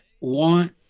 want